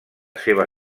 seva